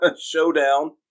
showdown